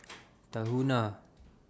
Tahuna